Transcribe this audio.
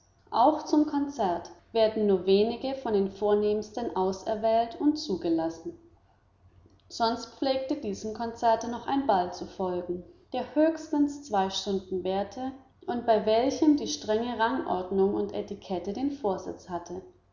auch zum konzert werden nur wenige von den vornehmsten auserwählt und zugelassen sonst pflegte diesem konzerte noch ein ball zu folgen der höchstens zwei stunden währte und bei welchem die strenge rangordnung und etikette den vorsitz hatte